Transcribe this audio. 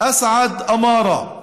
אסעד אמארה,